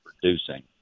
producing